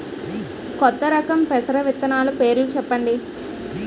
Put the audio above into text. కొత్త రకం పెసర విత్తనాలు పేర్లు చెప్పండి?